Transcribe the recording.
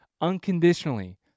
unconditionally